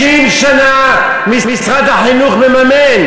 60 שנה משרד החינוך מממן.